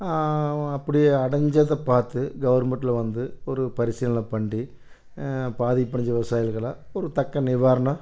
அப்படி அடஞ்சதை பார்த்து கவுர்ண்மெட்டில் வந்து ஒரு பரிசீலனை பண்டி பாதிப்பு அடைஞ்ச விவசாயிகளுக்கெல்லாம் ஒரு தக்க நிவாரணம்